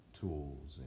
tools